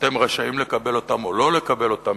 אתם רשאים לקבל אותם או לא לקבל אותם,